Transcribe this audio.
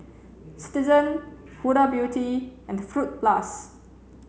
Citizen Huda Beauty and Fruit Plus